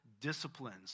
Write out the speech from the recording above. disciplines